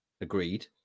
agreed